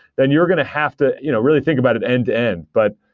then you're going to have to you know really think about it end-to-end. but,